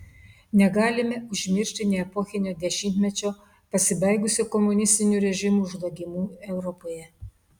negalime užmiršti nė epochinio dešimtmečio pasibaigusio komunistinių režimų žlugimu europoje